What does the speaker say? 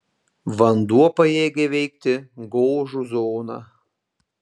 vanduo pajėgia įveikti gožų zoną